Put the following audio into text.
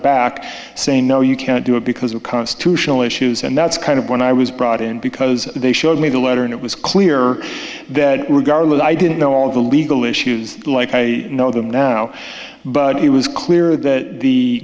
back saying no you can't do it because of constitutional issues and that's kind of when i was brought in because they showed me the letter and it was clear that regardless i didn't know all of the legal issues like i know them now but it was clear that the